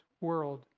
world